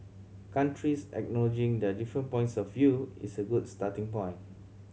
countries acknowledging their different points of view is a good starting point